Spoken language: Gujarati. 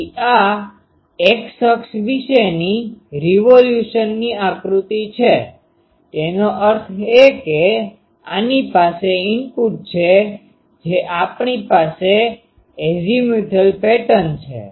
તેથી આ X અક્ષ વિશેની રીવોલ્યુશનની આકૃતિ છે તેનો અર્થ એ કે આની પાસે ઈનપુટ છે જે આપણી એઝીમ્યુથલ પેટર્ન છે